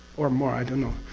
or more, i don't know.